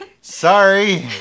sorry